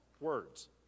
words